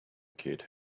kid